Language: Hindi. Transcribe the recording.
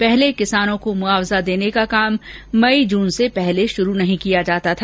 पहले किसानों को मुआवजा देने का काम मई जून से पहले शुरू नहीं किया जाता था